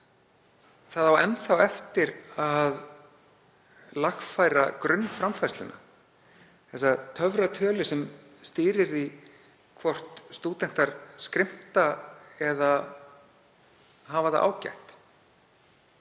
það á enn eftir að lagfæra grunnframfærsluna, töfratöluna sem stýrir því hvort stúdentar skrimta eða hafa það ágætt.